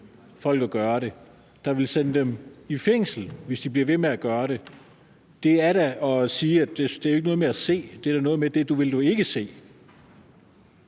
folk at gøre det; der vil sende dem i fængsel, hvis de bliver ved med at gøre det. Det er da ikke noget med at se. Du vil jo ikke se.